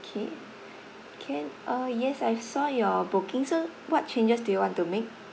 K can uh yes I saw your booking so what changes do you want to make